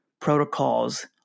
protocols